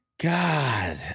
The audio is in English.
God